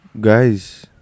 guys